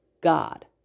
God